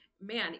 man